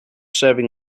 serving